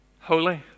holy